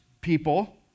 people